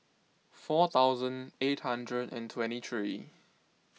four thousand eight hundred and twenty three